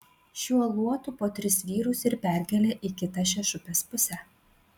šiuo luotu po tris vyrus ir perkelia į kitą šešupės pusę